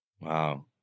Wow